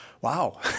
wow